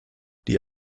die